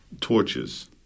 Torches